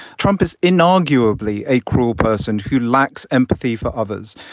trump is inarguably a cruel person who lacks empathy for others.